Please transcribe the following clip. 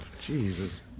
Jesus